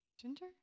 Ginger